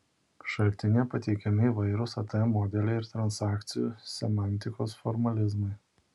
šaltinyje pateikiami įvairūs atm modeliai ir transakcijų semantikos formalizmai